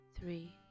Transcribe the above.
three